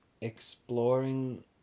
exploring